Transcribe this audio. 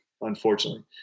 unfortunately